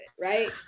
right